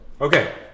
Okay